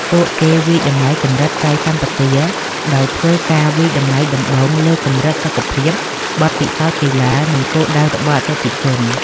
ពួកគេវាយតម្លៃកម្រិតកាយសម្បទា ដោយធ្វើការវាយតម្លៃដំបូងលើកម្រិតសុខភាព បទពិសោធន៍កីឡា និងគោលដៅរបស់អតិថិជន។